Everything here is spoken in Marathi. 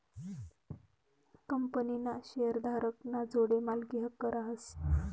कंपनीना शेअरधारक ना जोडे मालकी हक्क रहास